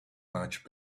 much